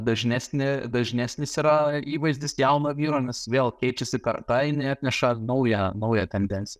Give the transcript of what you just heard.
dažnesnė dažnesnis yra įvaizdis jauno vyro nes vėl keičiasi karta jinai atneša naują naują tendenciją